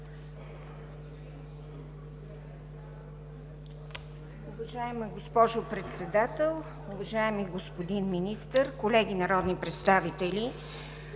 Уважаема госпожо Председател, уважаеми госпожи и господа народни представители!